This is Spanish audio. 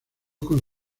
con